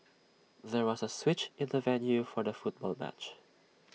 there was A switch in the venue for the football match